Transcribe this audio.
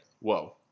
Whoa